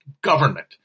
government